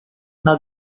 now